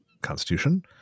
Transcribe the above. constitution